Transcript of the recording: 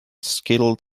skilled